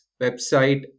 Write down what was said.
website